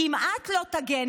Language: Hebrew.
כי אם את לא תגני,